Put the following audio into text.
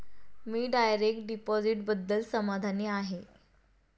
मी direct डिपॉझिटबद्दल समाधानी आहे